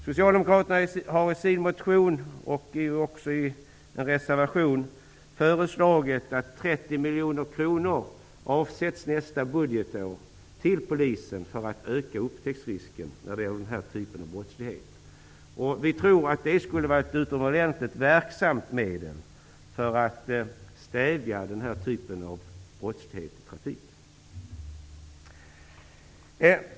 Socialdemokraterna har i sin motion och även i en reservation föreslagit att 30 miljoner kronor avsätts nästa budgetår till Polisen för åtgärder för att öka upptäcktsrisken när det gäller den här typen av brottslighet. Vi tror att det skulle vara ett utomordentligt verksamt medel för att stävja sådana här brott i trafiken.